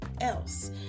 else